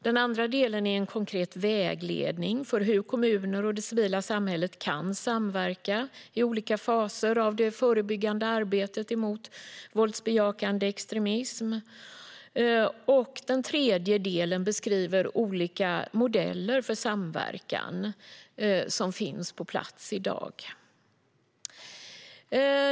Den andra delen är en konkret vägledning för hur kommuner och det civila samhället kan samverka i olika faser av det förebyggande arbetet mot våldsbejakande extremism, och den tredje delen beskriver olika modeller för samverkan som finns på plats i dag.